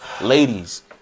ladies